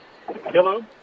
Hello